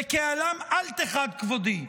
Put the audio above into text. בקהלם אל תחד כבֹדי".